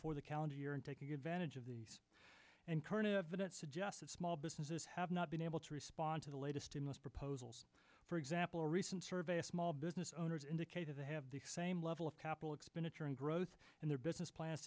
for the calendar year and take advantage of these and current events adjusted small businesses have not been able to respond to the latest and most proposals for example a recent survey of small business owners indicated to have the same level of capital expenditure and growth in their business plans